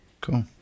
Cool